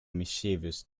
mischievous